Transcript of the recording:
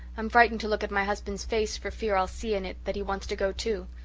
i'm frightened to look at my husband's face for fear i'll see in it that he wants to go too,